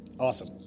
Awesome